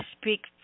speak